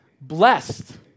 Blessed